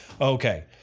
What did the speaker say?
Okay